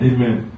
Amen